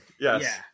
Yes